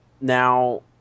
Now